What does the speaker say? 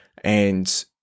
And-